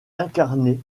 incarné